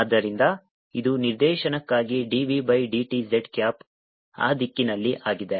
ಆದ್ದರಿಂದ ಇದು ನಿರ್ದೇಶನಕ್ಕಾಗಿ dv ಬೈ dtz ಕ್ಯಾಪ್ ಆ ದಿಕ್ಕಿನಲ್ಲಿ ಆಗಿದೆ